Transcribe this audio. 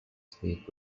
speed